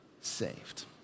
saved